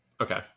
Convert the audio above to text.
Okay